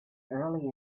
early